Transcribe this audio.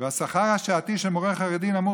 והשכר השעתי של המורה החרדי נמוך